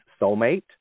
soulmate